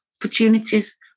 Opportunities